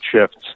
shifts